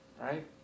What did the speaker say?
Right